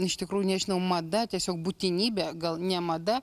iš tikrųjų nežinau mada tiesiog būtinybė gal ne mada